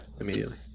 immediately